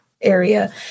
area